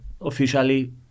officially